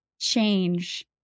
change